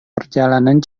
perjalanan